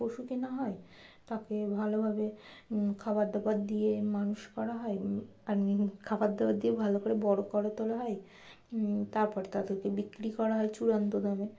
পশু কেনা হয় তাকে ভালোভাবে খাবার দাবার দিয়ে মানুষ করা হয় খাবার দাবার দিয়ে ভালো করে বড়ো করে তোলা হয় তারপর তাদেরকে বিক্রি করা হয় চূড়ান্ত দামে